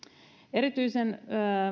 erityisen